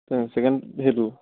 second সেইটো